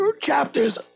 chapters